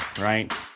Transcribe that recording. right